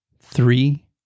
three